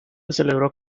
celebró